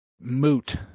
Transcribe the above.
moot